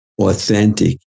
authentic